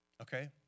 okay